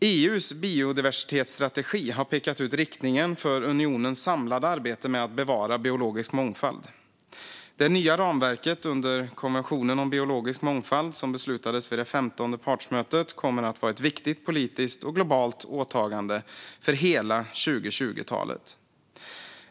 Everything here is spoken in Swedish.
EU:s biodiversitetsstrategi har pekat ut riktningen för unionens samlade arbete med att bevara biologisk mångfald. Det nya ramverket under konventionen om biologisk mångfald, som beslutades vid det 15:e partsmötet, kommer att vara ett viktigt politiskt och globalt åtagande för hela 2020-talet.